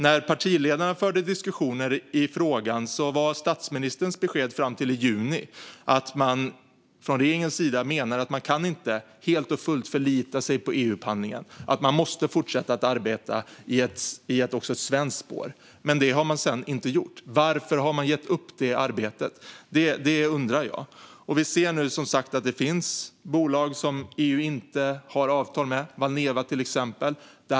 När partiledarna förde diskussioner i frågan var statsministerns besked fram till i juni att man från regeringens sida menade att man inte helt och fullt kan förlita sig på EU-upphandlingen utan att man måste fortsätta att arbeta också i ett svenskt spår. Men det har man sedan inte gjort. Varför har man gett upp detta arbete? Det undrar jag. Vi ser nu, som sagt, att det finns bolag som EU inte har avtal med, till exempel Valneva.